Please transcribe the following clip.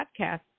Podcasts